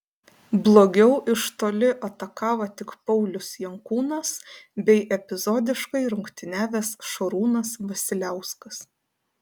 blogiau iš toli atakavo tik paulius jankūnas bei epizodiškai rungtyniavęs šarūnas vasiliauskas